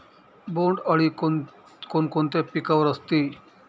बोंडअळी कोणकोणत्या पिकावर असते?